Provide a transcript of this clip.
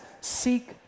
seek